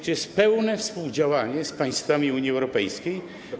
Czy jest pełne współdziałanie z państwami Unii Europejskiej?